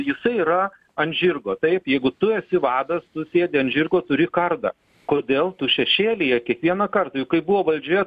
jisai yra ant žirgo taip jeigu tu esi vadas sėdi ant žirgo turi kardą kodėl tu šešėlyje kiekvieną kartą juk kai buvo valdžioje